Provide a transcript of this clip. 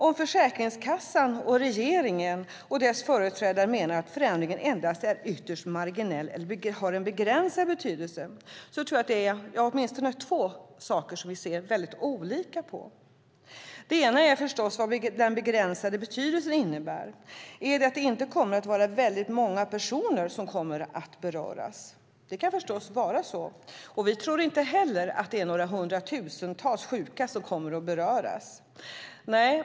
Om Försäkringskassan samt regeringen och dess företrädare menar att förändringen endast är ytterst marginell eller har en begränsad betydelse tror jag att det är åtminstone två saker vi ser olika på. Det ena är förstås vad den begränsade betydelsen innebär. Är det att det inte kommer att vara väldigt många personer som berörs? Det kan förstås vara så. Vi tror inte heller att hundratusentals sjuka kommer att beröras.